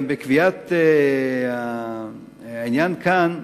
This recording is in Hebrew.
גם בקביעת העניין כאן,